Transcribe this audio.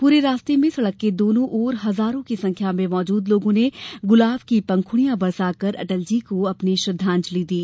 पूरे रास्ते में सड़क के दोनों ओर हजारों की संख्या में मौजूद लोगों ने गुलाब की पंखुड़ियां बरसाकर अटल जी को अपनी श्रद्धांजलि दी